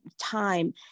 time